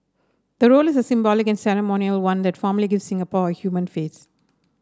the role is a symbolic and ceremonial one that formally gives Singapore a human face